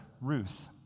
Ruth